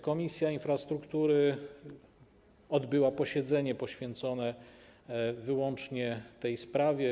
Komisja Infrastruktury odbyła posiedzenie poświęcone wyłącznie tej sprawie.